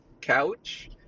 couch